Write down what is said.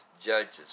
Judges